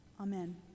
Amen